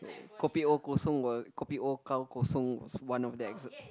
kopi O Kosong got kopi O gao Kosong was one of the exa~